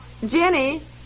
Jenny